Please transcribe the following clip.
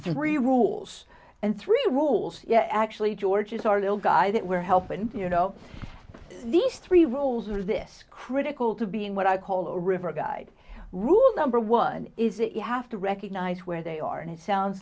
three rules and three rules yeah actually george is our little guy that we're help and you know these three rules are this critical to being what i call a river guide rule number one is that you have to recognize where they are and it sounds